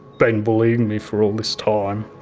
been bullying me for all this time.